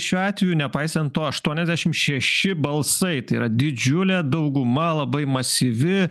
šiuo atveju nepaisant to aštuoniasdešim šeši balsai tai yra didžiulė dauguma labai masyvi